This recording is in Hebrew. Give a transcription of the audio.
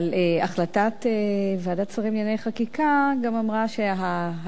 אבל החלטת ועדת שרים לענייני חקיקה גם אמרה שההצעה